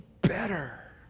better